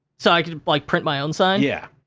so, i could, like, print my own sign? yeah.